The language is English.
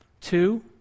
Two